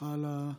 סליחה על השאלה.